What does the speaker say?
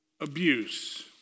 Abuse